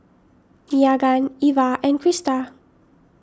Meagan Iva and Crista